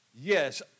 Yes